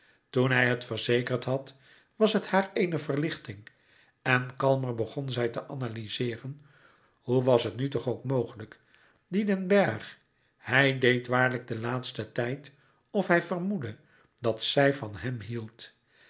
toen hij het verzekerd had was het haar eene verlichting en kalmer begon zij te analyzeeren hoe was het nu toch ook mogelijk die den bergh hij deed louis couperus metamorfoze waarlijk den laatsten tijd of hij vermoedde dat zij van hem hield